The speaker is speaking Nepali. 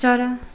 चरा